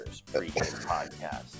podcast